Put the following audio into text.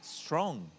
strong